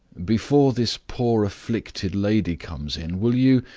before this poor afflicted lady comes in, will you